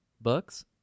Books